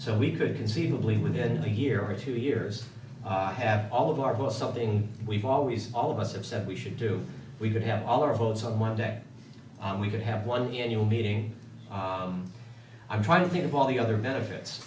so we could conceivably within a year or two years have all of our bill something we've always all of us have said we should do we would have all our hopes on one day we would have won the annual meeting i'm trying to think of all the other benefits